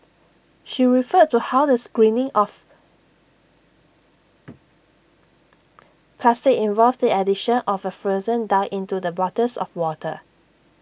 she referred to how the screening of plastic involved the addition of A fluorescent dye into the bottles of water